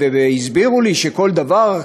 והסבירו לי שכל דבר,